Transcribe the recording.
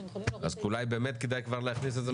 אז אולי כדאי באמת להכניס את זה לחוק.